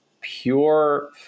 pure